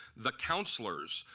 the counselors,